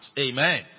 Amen